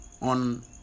on